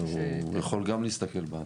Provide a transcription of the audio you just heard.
הוא יכול גם להסתכל באתר.